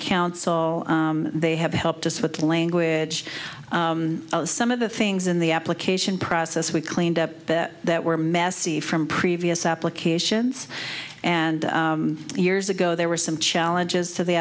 counsel they have helped us with language some of the things in the application in process we cleaned up that that were massey from previous applications and years ago there were some challenges to the